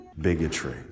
bigotry